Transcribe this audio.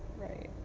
right.